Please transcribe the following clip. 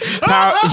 Power